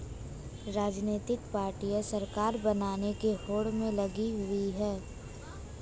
राजनीतिक पार्टियां सरकार बनाने की होड़ में लगी हैं